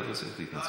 אתה לא צריך להתנצל.